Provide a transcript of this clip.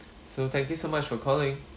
so thank you so much for calling